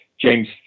James